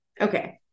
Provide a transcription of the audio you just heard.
okay